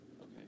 Okay